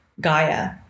Gaia